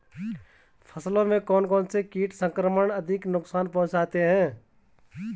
फसलों में कौन कौन से कीट संक्रमण अधिक नुकसान पहुंचाते हैं?